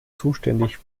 zuständig